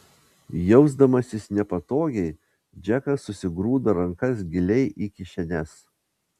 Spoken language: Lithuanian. jausdamasis nepatogiai džekas susigrūdo rankas giliai į kišenes